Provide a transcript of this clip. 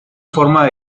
forma